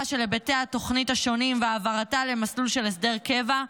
של היבטי התוכנית השונים והעברתה למסלול של הסדר קבע.